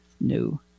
new